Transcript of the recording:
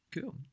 cool